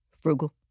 Frugal